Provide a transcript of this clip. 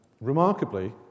remarkably